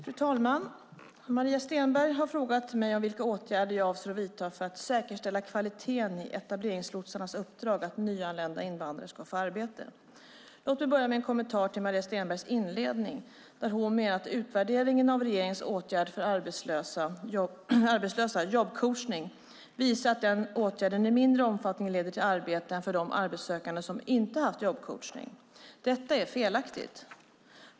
Fru talman! Maria Stenberg har frågat mig vilka åtgärder jag avser att vidta för att säkerställa kvaliteten i etableringslotsarnas uppdrag att nyanlända invandrare ska få arbete. Låt mig börja med en kommentar till Maria Stenbergs inledning där hon menar att utvärderingen av regeringens åtgärd för arbetslösa, jobbcoachning, visar att den åtgärden i mindre omfattning leder till arbete än för de arbetssökande som inte haft jobbcoachning. Detta är felaktigt.